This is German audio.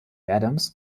adams